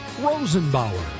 Rosenbauer